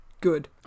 good